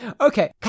Okay